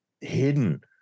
hidden